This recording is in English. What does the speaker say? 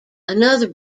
another